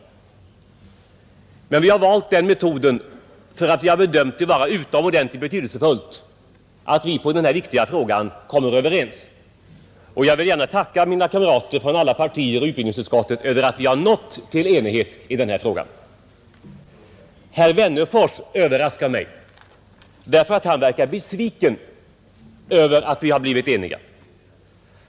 Vi har valt den metoden därför att vi bedömt det vara utomordentligt betydelsefullt att i denna viktiga fråga komma överens. Och jag vill gärna tacka mina kamrater från alla partier i utbildningsutskottet för att vi har nått enighet. Herr Wennerfors överraskar mig, därför att han verkar besviken över att vi har blivit eniga.